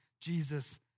Jesus